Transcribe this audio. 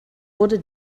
wurde